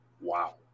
wow